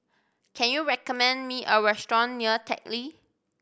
can you recommend me a restaurant near Teck Lee